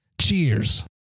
Cheers